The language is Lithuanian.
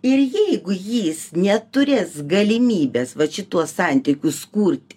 ir jeigu jis neturės galimybės vat šituos santykius kurt